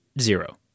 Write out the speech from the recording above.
zero